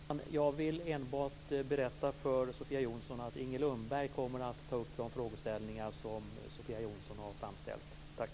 Fru talman! Jag vill enbart berätta för Sofia Jonsson att Inger Lundberg kommer att ta upp de frågeställningar som Sofia Jonsson har framställt.